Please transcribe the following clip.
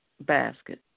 basket